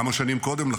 כמה שנים קודם לכן,